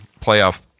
playoff